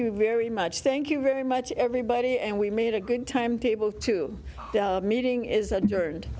you very much thank you very much everybody and we made a good time table to meeting is adjourned